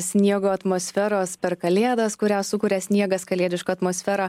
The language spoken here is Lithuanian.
sniego atmosferos per kalėdas kurią sukuria sniegas kalėdišką atmosferą